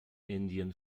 indian